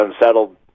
unsettled